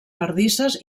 bardisses